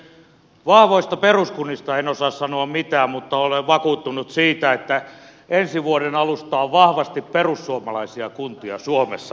vahvoista peruskunnista en osaa sanoa mitään mutta olen vakuuttunut siitä että ensi vuoden alusta on vahvasti perussuomalaisia kuntia suomessa paljon